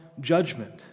judgment